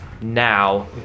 now